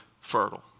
fertile